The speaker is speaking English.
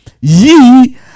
ye